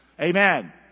Amen